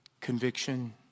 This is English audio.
Conviction